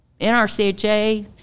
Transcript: NRCHA